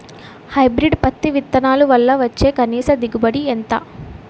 Hybrid పత్తి విత్తనాలు వల్ల వచ్చే కనీస దిగుబడి ఎంత?